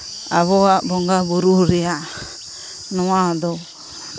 ᱟᱵᱚᱣᱟᱜ ᱵᱚᱸᱜᱟᱼᱵᱩᱨᱩ ᱨᱮᱭᱟᱜ ᱱᱚᱣᱟ ᱫᱚ